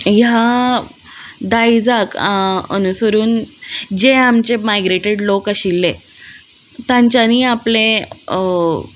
ह्या दायजाक आं अनुसरून जे आमचे मायग्रेटेड लोक आशिल्ले तांच्यानी आपलें